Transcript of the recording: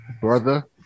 brother